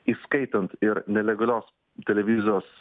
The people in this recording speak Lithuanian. įskaitant ir nelegalios televizijos